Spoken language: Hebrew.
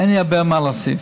אין לי הרבה מה להוסיף.